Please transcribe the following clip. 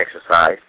exercise